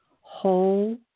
whole